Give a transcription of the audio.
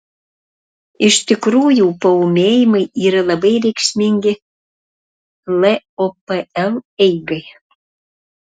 iš tikrųjų paūmėjimai yra labai reikšmingi lopl eigai